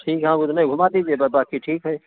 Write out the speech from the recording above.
ठीक है आप उतने घुमा दीजिए ब बाँकी ठीक है